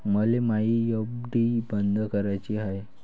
मले मायी एफ.डी बंद कराची हाय